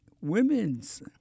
Women's